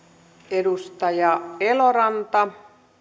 edustaja eloranta